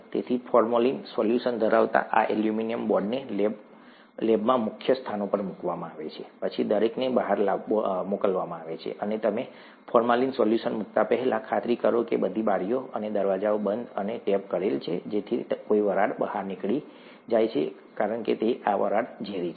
તેથી formalin solution ધરાવતા આ એલ્યુમિનિયમ બોર્ડને લેબમાં મુખ્ય સ્થાનો પર મૂકવામાં આવે છે પછી દરેકને બહાર મોકલવામાં આવે છે અને તમે ફોર્મલિન સોલ્યુશન મૂકતા પહેલા ખાતરી કરો કે બધી બારીઓ અને દરવાજા બંધ અને ટેપ કરેલા છે કે જેથી કોઈ વરાળ બહાર નીકળી જાય છે કારણ કે આ વરાળ ઝેરી છે